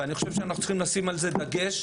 ואני חושב שאנחנו צריכים לשים על זה דגש.